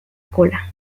cola